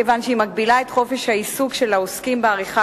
כיוון שהיא מגבילה את חופש העיסוק של העוסקים בעריכה